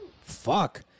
fuck